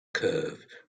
curve